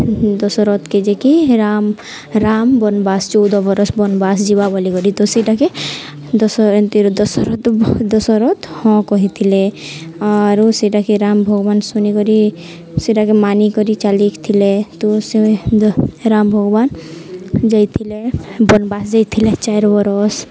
ଦଶରଥ୍କେ ଯେ କିି ରାମ ରାମ ବନବାସ ଚଉଦ ବରଷ ବନବାସ ଯିବା ବୋଲିକରି ତ ସେଇଟାକେ ଦଶ ଏତିର ଦଶହର ଦଶରଥ ହଁ କହିଥିଲେ ଆରୁ ସେଇଟାକେ ରାମ ଭଗବାନ ଶୁଣିକରି ସେଟାକେ ମାନିିକରି ଚାଲିଥିଲେ ତ ସେ ରାମ ଭଗବାନ ଯାଇଥିଲେ ବନବାସ ଯାଇଥିଲେ ଚାରି ବରଷ